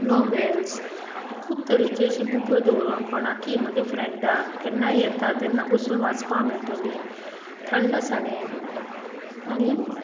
novels खूब तरेचे अशे बूक दवरप कोणाकीय म्हणजे फ्रेंडाक केन्नाय येता तेन्ना बसून वाचपाक मेळटलें थंडसाणेन आनी